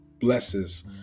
blesses